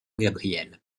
gabriel